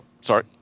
sorry